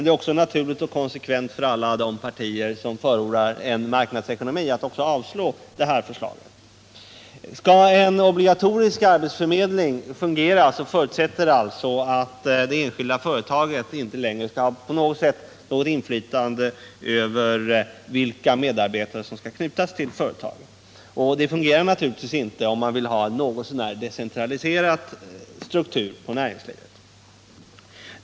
Det är också naturligt och konsekvent för alla de partier som förordar en marknadsekonomi att avslå förslaget. Skall en obligatorisk arbetsförmedling fungera förutsätter det att de enskilda företagen inte längre har något inflytande över vilka medarbetare som skall knytas till företagen. Det systemet fungerar naturligtvis inte om man vill ha en något så när decentraliserad struktur på näringslivet.